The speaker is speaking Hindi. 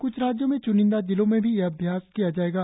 क्छ राज्यों में च्निंदा जिलों में भी यह अभ्यास किया जाएगा